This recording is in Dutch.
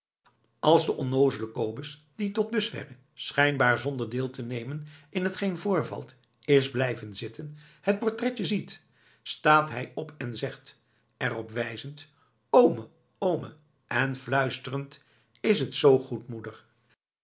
als de onnoozele kobus die tot dusverre schijnbaar zonder deel te nemen in t geen voorvalt is blijven zitten het portretje ziet staat hij op en zegt er op wijzend oome oome en fluisterend is t zoo goed moeder